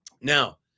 Now